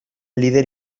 lider